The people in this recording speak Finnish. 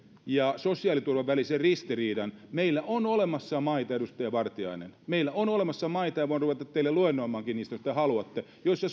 ja sosiaaliturvan välisen ristiriidan niin meillä on olemassa maita edustaja vartiainen meillä on olemassa maita ja voin ruveta teille luennoimaankin niistä jos te haluatte joissa